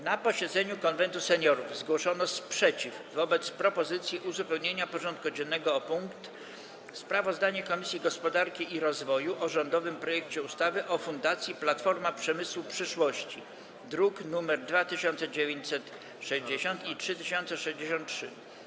Na posiedzeniu Konwentu Seniorów zgłoszono sprzeciw wobec propozycji uzupełnienia porządku dziennego o punkt: Sprawozdanie Komisji Gospodarki i Rozwoju o rządowym projekcie ustawy o Fundacji Platforma Przemysłu Przyszłości, druki nr 2960 i 3063.